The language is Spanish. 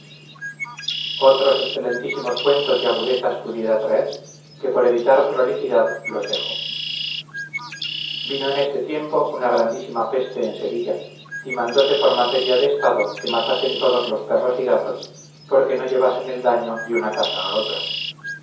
otros excelentísimos cuentos y agudezas pudiera traer que por evitar prolijidad los dejo vino en este tiempo una grandísima peste en sevilla y mandose por materia de estado que matasen todos los perros y gatos por que no llevasen el daño de una casa a otra